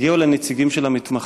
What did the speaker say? הגיעו אליי נציגים של המתמחים,